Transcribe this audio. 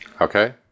okay